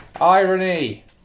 Irony